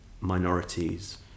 minorities